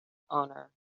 owner